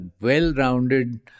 well-rounded